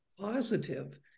positive